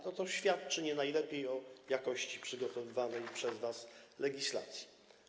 To świadczy nie najlepiej o jakości przygotowywanej przez was legislacji.